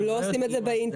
הם לא עושים את זה באינטרנט,